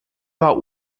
war